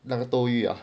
那个斗语啊